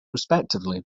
respectively